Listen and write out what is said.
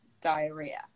diarrhea